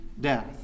death